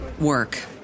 work